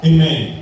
Amen